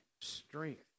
strength